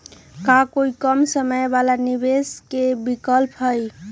का कोई कम समय वाला निवेस के विकल्प हई?